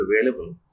available